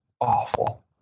Awful